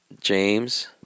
James